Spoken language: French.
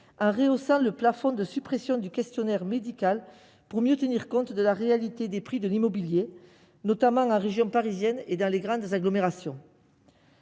en rehaussant le plafond de suppression du questionnaire médical pour mieux tenir compte de la réalité des prix de l'immobilier, notamment en région parisienne et dans les grandes agglomérations.